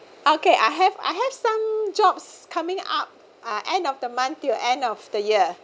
okay I have I have some jobs coming up uh end of the month till end of the year